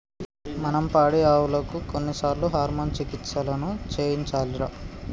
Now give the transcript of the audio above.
మనం పాడియావులకు కొన్నిసార్లు హార్మోన్ చికిత్సలను చేయించాలిరా